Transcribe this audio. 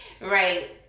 right